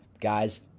Guys